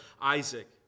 Isaac